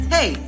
Hey